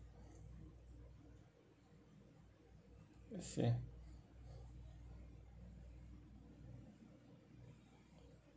I see